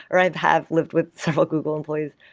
or i've had lived with several google employees.